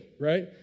right